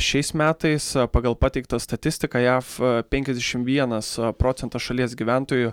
šiais metais pagal pateiktą statistiką jav penkiasdešim vienas procentas šalies gyventojų